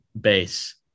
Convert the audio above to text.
base